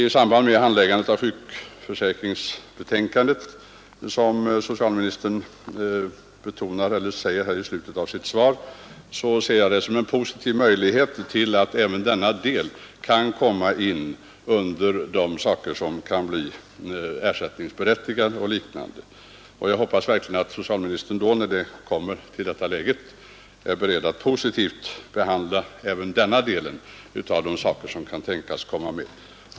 Socialministern talar i slutet av sitt svar om handläggningen av sjukförsäkringsutredningens betänkande, och jag ser där en möjlighet att ta upp frågan om att även kiropraktisk behandling skulle berättiga till ersättning från sjukförsäkringen. Jag hoppas att socialministern då skall vara beredd att behandla den frågan positivt.